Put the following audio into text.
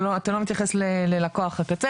אבל אתה לא מתייחס ללקוח הקצה,